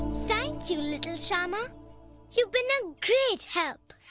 thank you, little shyama you've been a great help!